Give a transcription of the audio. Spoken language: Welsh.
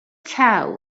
taw